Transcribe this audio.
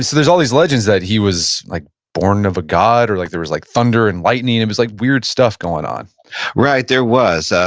so there's always legends that he was like born of a god or like there was like thunder and lightning. it and was like weird stuff going on right, there was.